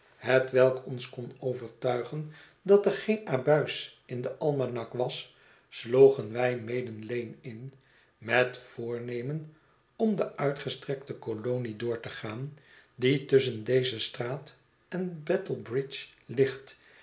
hetwelk ons kon overtuigen dat er geen abuis in den almanak was sloegen wij maiden lane in met voornemen om de uitgestrekte kolonie door te gaan die tusschen deze straat en battle bridge ligt